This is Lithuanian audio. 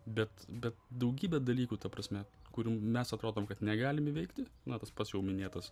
bet bet daugybė dalykų ta prasme kurių mes atrodom kad negalim įveikti na tas pats jau minėtas